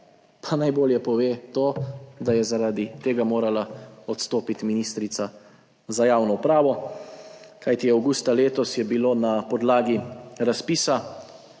pa najbolje pove to, da je, zaradi tega morala odstopiti ministrica za javno upravo. Kajti avgusta letos je bilo na podlagi razpisa